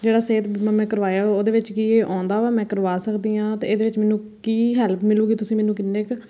ਜਿਹੜਾ ਸਿਹਤ ਬੀਮਾ ਮੈਂ ਕਰਵਾਇਆ ਉਹਦੇ ਵਿੱਚ ਕੀ ਆਉਂਦਾ ਵਾ ਮੈਂ ਕਰਵਾ ਸਕਦੀ ਹਾਂ ਅਤੇ ਇਹਦੇ ਵਿੱਚ ਮੈਨੂੰ ਕੀ ਹੈਲਪ ਮਿਲੇਗੀ ਤੁਸੀਂ ਮੈਨੂੰ ਕਿੰਨੇ ਕੁ